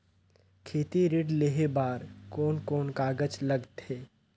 खेती ऋण लेहे बार कोन कोन कागज लगथे?